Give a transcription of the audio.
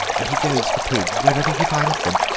and he goes for pigs wherever he finds them.